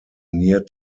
near